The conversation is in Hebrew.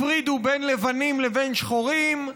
הפרידו בין לבנים לבין שחורים.